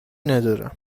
ندارم